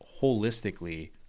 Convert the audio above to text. holistically